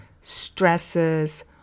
stresses